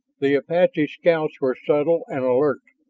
the apache scouts were subtle and alert,